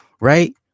Right